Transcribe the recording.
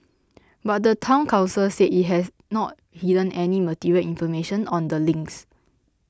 but the Town Council said it had not hidden any material information on the links